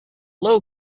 low